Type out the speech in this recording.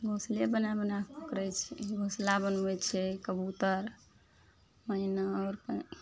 घोसले बनाय बनाय कए पकड़य छै ओही घोसला बनबय छै कबूतर मैना आउरके